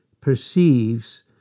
perceives